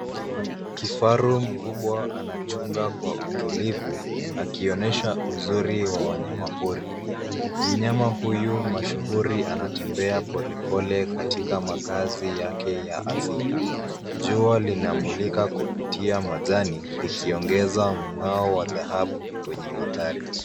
Kifaru mkubwa anachunga kwa utulivu akionyesha uzuri wa wanyamapori. Mnyama huyu mashuhuri anatembea polepole katika makazi yake ya asili. Jua linamulika kupitia majani likiongeza mng'ao wa dhahabu kwenye mandhari.